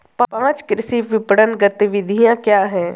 पाँच कृषि विपणन गतिविधियाँ क्या हैं?